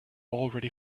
already